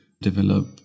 develop